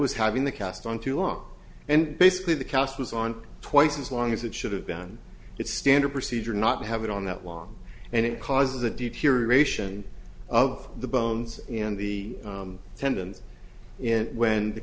was having the cast on too long and basically the cast was on twice as long as it should have been it's standard procedure not have it on that long and it causes a deep curation of the bones in the tendons in when the